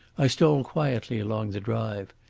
i stole quietly along the drive.